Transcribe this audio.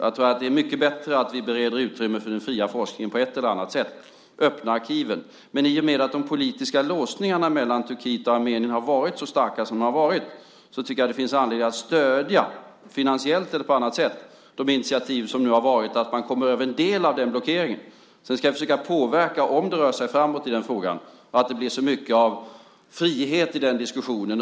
Jag tror att det är mycket bättre att vi bereder utrymme för den fria forskningen på annat sätt - öppnar arkiven - men i och med att de politiska låsningarna mellan Turkiet och Armenien varit så starka som de varit finns det anledning att stödja, finansiellt eller på annat sätt, de initiativ som nu tagits så att man kommer över en del av blockeringen. Sedan ska jag försöka påverka så att frågan rör sig framåt och det blir mycket frihet och oberoende i diskussionen.